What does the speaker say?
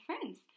friends